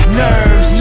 nerves